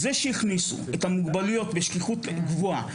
זה שהכניסו את המוגבלויות בשכיחות גבוהה,